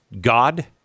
God